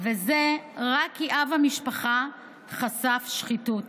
רק כי אב המשפחה חשף שחיתות.